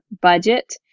budget